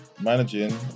managing